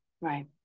right